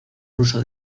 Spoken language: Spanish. ruso